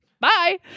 bye